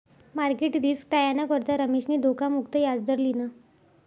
market risk टायाना करता रमेशनी धोखा मुक्त याजदर लिना